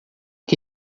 que